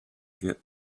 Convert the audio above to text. get